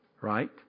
right